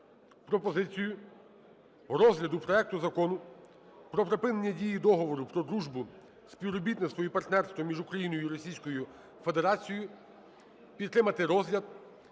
пропозицію розгляду проекту Закону про припинення дії Договору про дружбу, співробітництво і партнерство між Україною і Російською Федерацією підтримати розгляд